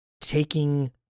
taking